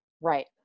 Right